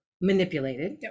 manipulated